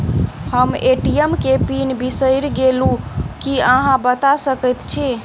हम ए.टी.एम केँ पिन बिसईर गेलू की अहाँ बता सकैत छी?